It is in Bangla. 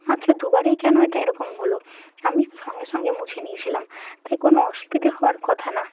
যে মাত্র দুবারেই কেন এটা এরকম হল আমি সঙ্গে সঙ্গে মুছে নিয়েছিলাম তাই কোনো অসুবিধে হওয়ার কথা না